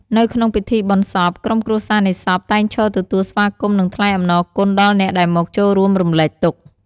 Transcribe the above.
នៅក្នុងពិធីបុណ្យសព ក្រុមគ្រួសារនៃសព តែងឈរទទួលស្វាគមន៍ និងថ្លែងអំណរគុណដល់អ្នកដែលមកចូលរួមរំលែកទុក្ខ។